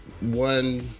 One